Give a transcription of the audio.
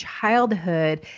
childhood